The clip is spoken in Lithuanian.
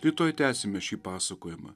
rytoj tęsime šį pasakojimą